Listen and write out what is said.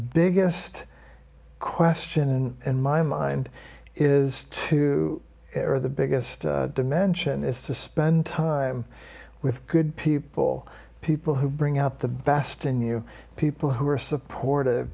biggest question in my mind is two of the biggest dimension is to spend time with good people people who bring out the best in you people who are supportive